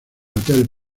hotel